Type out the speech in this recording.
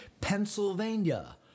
Pennsylvania